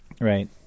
Right